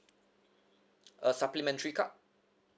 a supplementary card